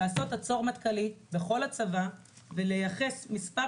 לעשות "עצור מטכ"לי" בכל הצבא ולייחד מספר